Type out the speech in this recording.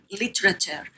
literature